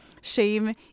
shame